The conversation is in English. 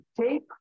take